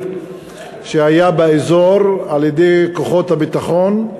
שהיה באזור על-ידי כוחות הביטחון,